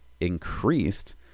increased